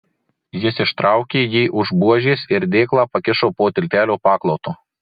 jis ištraukė jį už buožės ir dėklą pakišo po tiltelio paklotu